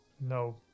no